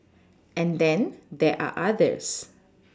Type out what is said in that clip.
and then there are others